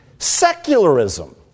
Secularism